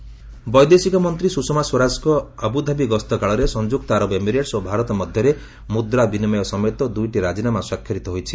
India UAE ବୈଦେଶିକ ମନ୍ତ୍ରୀ ସୁଷମା ସ୍ୱରାଜଙ୍କ ଆବୁଧାବି ଗସ୍ତକାଳରେ ସଂଯୁକ୍ତ ଆରବ ଏମିରେଟ୍ସ୍ ଓ ଭାରତ ମଧ୍ୟରେ ମୁଦ୍ରା ବିନିମୟ ସମେତ ଦୁଇଟି ରାଜିନାମା ସ୍ୱାକ୍ଷରିତ ହୋଇଛି